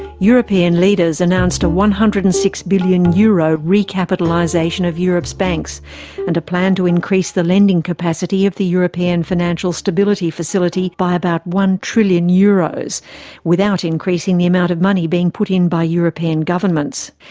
european leaders announced a one hundred and six billion euros recapitalisation of europe's banks and a plan to increase the lending capacity of the european financial stability facility by about one trillion euros without increasing the amount of money being put in by european governments.